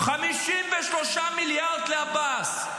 53 מיליארד לעבאס.